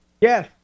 Yes